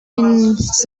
his